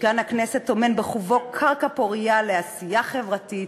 משכן הכנסת הוא קרקע פורייה הטומנת בחובה עשייה חברתית,